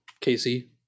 Casey